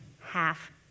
half